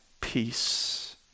peace